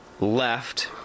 left